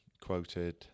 quoted